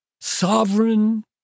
sovereign